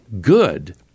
good